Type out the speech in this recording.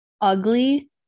ugly